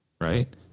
right